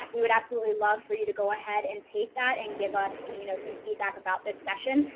we would absolutely love for you to go ahead and take that and give us you know some feedback about this session,